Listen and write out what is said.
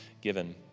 given